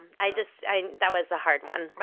i just that was a hard one.